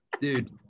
dude